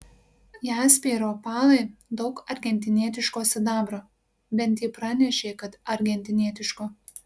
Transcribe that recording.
jaspiai ir opalai daug argentinietiško sidabro bent ji pranešė kad argentinietiško